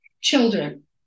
children